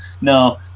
No